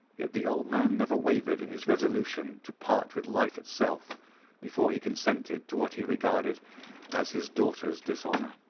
yet the old man never wavered in his resolution to part with life itself before he consented to what he regarded as his daughter's dishonour.